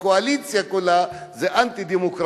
הקואליציה היא אנטי-דמוקרטית,